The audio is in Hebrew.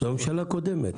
זאת הממשלה הקודמת.